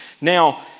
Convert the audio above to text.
Now